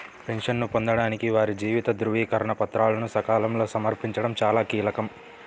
పెన్షన్ను పొందడానికి వారి జీవిత ధృవీకరణ పత్రాలను సకాలంలో సమర్పించడం చాలా కీలకం